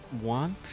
want